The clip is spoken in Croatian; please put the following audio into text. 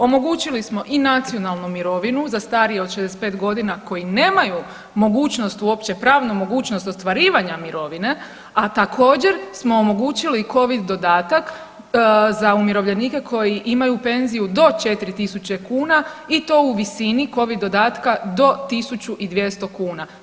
Omogućili smo i nacionalnu mirovinu za starije od 65 godina koji nemaju mogućnost uopće pravnu mogućnost ostvarivanja mirovine, a također smo i omogućili Covid dodatak za umirovljenike koji imaju penziju do 4.000 kuna i to u visini Covid dodatka do 1.200 kuna.